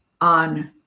on